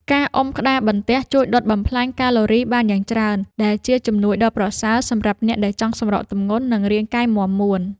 ការអុំក្តារបន្ទះជួយដុតបំផ្លាញកាឡូរីបានយ៉ាងច្រើន ដែលជាជំនួយដ៏ប្រសើរសម្រាប់អ្នកដែលចង់សម្រកទម្ងន់ និងរាងកាយមាំមួន។